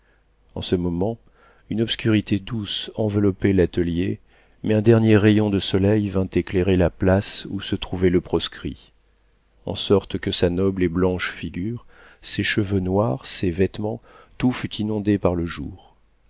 en ce moment une obscurité douce enveloppait l'atelier mais un dernier rayon de soleil vint éclairer la place où se trouvait le proscrit en sorte que sa noble et blanche figure ses cheveux noirs ses vêtements tout fut inondé par le jour